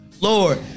Lord